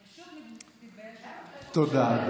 תודה.